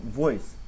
voice